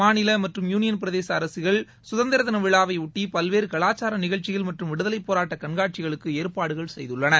மாநில மற்றும் யூனியன் பிரதேச அரசுகள் சுதந்திர தின விழாவையொட்டி பல்வேறு கலாச்சார நிகழ்ச்சிகள் மற்றும் விடுதலைப் போராட்ட கண்காட்சிகளுக்கு ஏற்பாடுகள் செய்துள்ளன